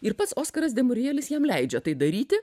ir pats oskaras demurelis jam leidžia tai daryti